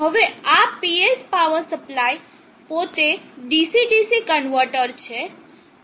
હવે આ PS power supply પોતે DC DC કન્વર્ટર છે